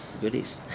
goodies